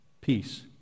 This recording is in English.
peace